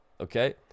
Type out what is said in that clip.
Okay